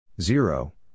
Zero